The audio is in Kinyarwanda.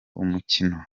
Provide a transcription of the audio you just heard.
umukino